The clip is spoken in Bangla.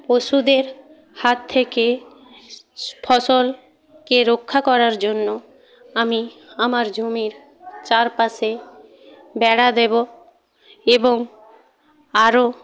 পশুদের হাত থেকে ফসলকে রক্ষা করার জন্য আমি আমার জমির চারপাশে বেড়া দেব এবং আরও